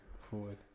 forward